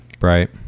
Right